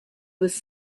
was